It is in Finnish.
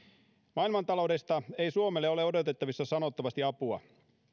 maailmantaloudesta ei suomelle ole odotettavissa sanottavasti apua